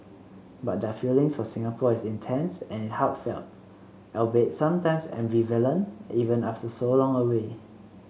but their feelings for Singapore is intense and heartfelt albeit sometimes ambivalent even after so long away